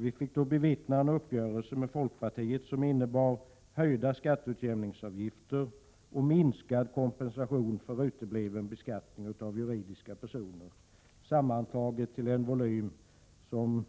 Vi fick då bevittna en uppgörelse med folkpartiet som innebar höjda skatteutjämningsavgifter och minskad kompensation för utebliven beskattning av juridiska personer. Det utgjorde sammantaget en volym som